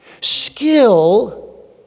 Skill